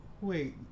Wait